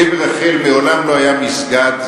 קבר רחל מעולם לא היה מסגד,